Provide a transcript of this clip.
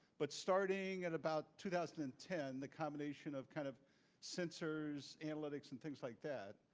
but, starting at about two thousand and ten, the combination of kind of sensors, analytics, and things like that,